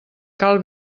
cal